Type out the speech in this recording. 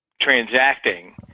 transacting